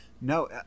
No